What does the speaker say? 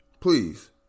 Please